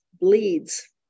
Bleeds